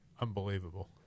Unbelievable